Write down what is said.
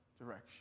direction